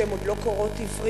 שהן עוד לא קוראות עברית,